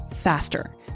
faster